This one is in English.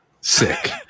sick